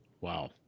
Wow